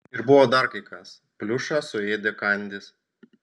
ir buvo dar kai kas pliušą suėdė kandys